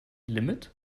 limit